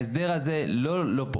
ההסדר הזה מבטיח לא פוגע,